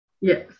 Yes